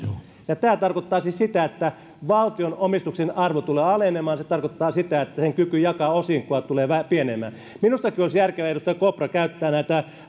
ja tämä tarkoittaa siis sitä että valtion omistuksen arvo tulee alenemaan se tarkoittaa sitä että sen kyky jakaa osinkoa tulee pienenemään minustakin olisi järkeä edustaja kopra käyttää näitä